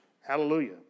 Hallelujah